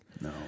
No